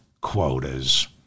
quotas